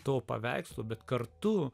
to paveikslo bet kartu